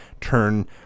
turn